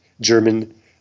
German